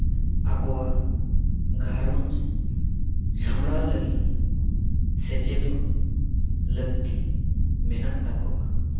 ᱟᱠᱚᱣᱟᱜ ᱜᱷᱟᱨᱚᱸᱡᱽ ᱥᱟᱢᱲᱟᱣ ᱞᱟᱹᱜᱤᱫ ᱥᱮᱪᱮᱫᱚᱜ ᱞᱟᱹᱠᱛᱤ ᱢᱮᱱᱟᱜ ᱛᱟᱠᱚᱣᱟ